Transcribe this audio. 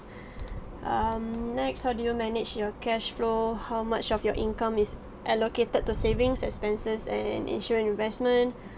um mm next how do you manage your cash flow how much of your income is allocated to savings expenses and insurance investment